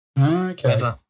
Okay